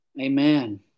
Amen